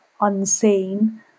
unseen